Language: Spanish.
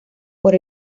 por